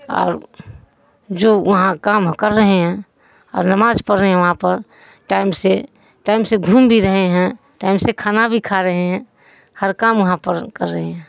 اور جو وہاں کام کر رہے ہیں اور نماز پڑھ رہے ہیں وہاں پر ٹائم سے ٹائم سے گھوم بھی رہے ہیں ٹائم سے کھانا بھی کھا رہے ہیں ہر کام وہاں پر کر رہے ہیں